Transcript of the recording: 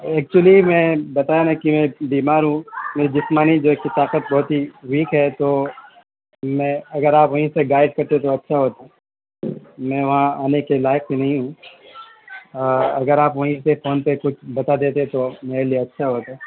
actually میں بتایا نا کہ میں بیمار ہوں میری جسمانی جو ہے کہ طاقت بہت ہی ویک ہے تو میں اگر آپ وہیں سے گائیڈ کرتے تو اچھا ہوتا میں وہاں آنے کے لائق بھی نہیں ہوں اگر آپ وہیں سے فون پہ کچھ بتا دیتے تو میرے لیے اچھا ہوتا